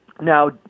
Now